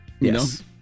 Yes